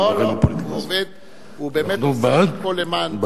לא לא, הוא באמת עושה פה למען.